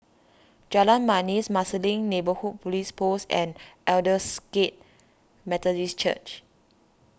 Jalan Manis Marsiling Neighbourhood Police Post and Aldersgate Methodist Church